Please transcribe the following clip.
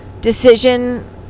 decision